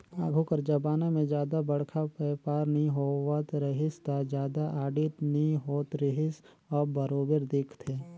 आघु कर जमाना में जादा बड़खा बयपार नी होवत रहिस ता जादा आडिट नी होत रिहिस अब बरोबर देखथे